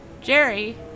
Jerry